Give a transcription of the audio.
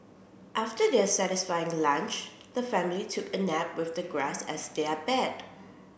after their satisfying lunch the family took a nap with the grass as their bed